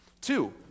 Two